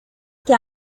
que